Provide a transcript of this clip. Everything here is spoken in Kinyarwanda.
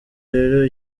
rero